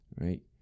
Right